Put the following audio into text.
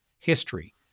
history